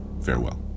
farewell